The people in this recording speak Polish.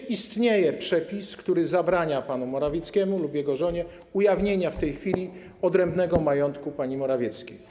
Czy istnieje przepis, który zabrania panu Morawieckiemu lub jego żonie ujawnienia w tej chwili odrębnego majątku pani Morawieckiej?